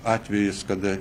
atvejis kada